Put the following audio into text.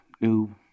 new